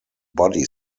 body